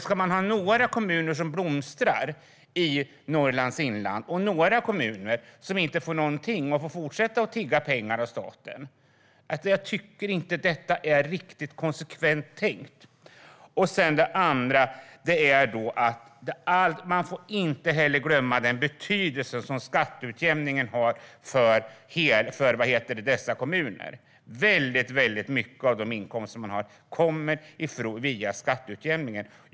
Ska vi ha några kommuner som blomstrar i Norrlands inland och några som inte får någonting och får fortsätta att tigga pengar av staten? Jag tycker inte att detta är riktigt konsekvent tänkt. Vi får inte heller glömma den betydelse som skatteutjämningen har för dessa kommuner. Väldigt mycket av de inkomster man har kommer via skatteutjämningen.